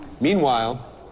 Meanwhile